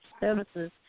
services